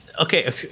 Okay